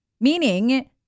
Meaning